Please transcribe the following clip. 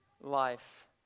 life